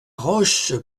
roche